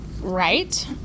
right